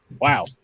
Wow